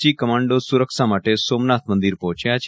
જી commando સુરક્ષા માટે સોમનાથ મંદિરે પહોંચ્યા છે